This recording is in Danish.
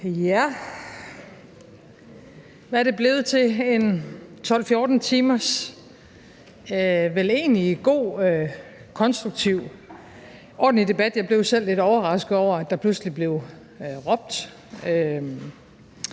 Ja, hvad er det blevet til? En 12-14-timers og vel egentlig god og konstruktiv og ordentlig debat. Jeg blev jo lidt overrasket over, at der pludselig blev råbt